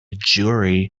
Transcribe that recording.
jury